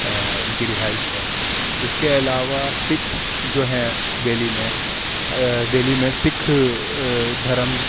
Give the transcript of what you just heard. ان کی رہائش ہے اس کے علاوہ سکھ جو ہیں دہلی میں دہلی میں سکھ دھرم